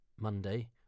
Monday